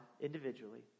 Individually